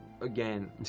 again